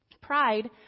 Pride